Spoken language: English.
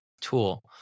tool